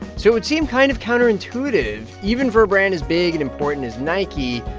so it would seem kind of counterintuitive, even for a brand as big and important as nike,